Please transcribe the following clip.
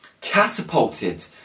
catapulted